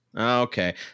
Okay